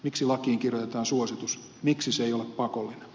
miksi lakiin kirjoitetaan suositus miksi se ei ole pakko o